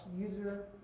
user